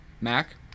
Mac